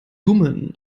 dummen